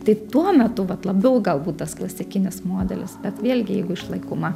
tai tuo metu vat labiau galbūt tas klasikinis modelis bet vėlgi jeigu išlaikoma